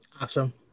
Awesome